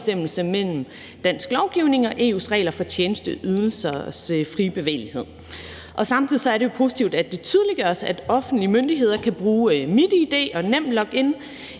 mellem dansk lovgivning og EU's regler for tjenesteydelsers frie bevægelighed. Og samtidig er det jo positivt, at det tydeliggøres, at offentlige myndigheder kan bruge MitID og NemLog-in